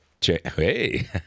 hey